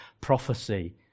prophecy